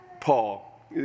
Paul